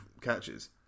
catches